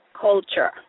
culture